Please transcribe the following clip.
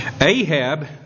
Ahab